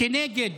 כנגד